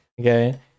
okay